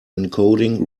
encoding